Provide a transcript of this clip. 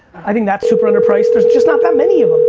i think that's super underpriced. there's just not that many of them,